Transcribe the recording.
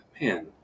man